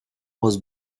was